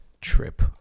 trip